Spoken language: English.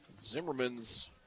Zimmerman's